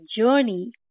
journey